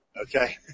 Okay